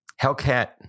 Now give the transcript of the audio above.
Hellcat